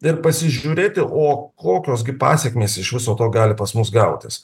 ir pasižiūrėti o kokios gi pasekmės iš viso to gali pas mus gautis